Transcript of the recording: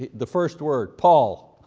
the first word paul.